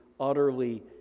utterly